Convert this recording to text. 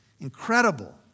incredible